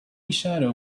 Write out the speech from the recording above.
shadow